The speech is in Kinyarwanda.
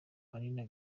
aline